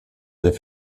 der